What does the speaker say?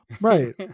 Right